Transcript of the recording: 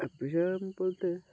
বলতে